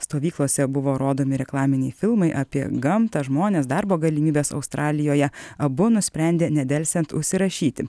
stovyklose buvo rodomi reklaminiai filmai apie gamtą žmones darbo galimybes australijoje abu nusprendė nedelsiant užsirašyti